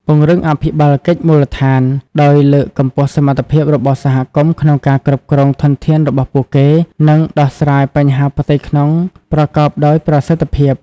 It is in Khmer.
ពង្រឹងអភិបាលកិច្ចមូលដ្ឋាន ដោយលើកកម្ពស់សមត្ថភាពរបស់សហគមន៍ក្នុងការគ្រប់គ្រងធនធានរបស់ពួកគេ និងដោះស្រាយបញ្ហាផ្ទៃក្នុងប្រកបដោយប្រសិទ្ធភាព។